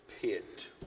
pit